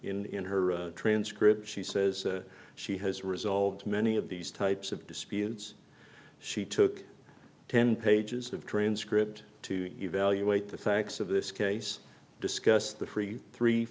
in her transcript she says she has resolved many of these types of disputes she took ten pages of transcript to evaluate the facts of this case discussed the thirty three